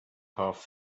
half